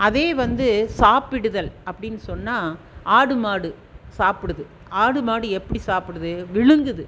அதே வந்து சாப்பிடுதல் அப்படின்னு சொன்னால் ஆடு மாடு சாப்பிடுது ஆடு மாடு எப்படி சாப்பிடுது விழுங்குது